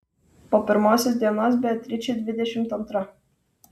po pirmosios dienos beatričė dvidešimt antra